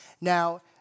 Now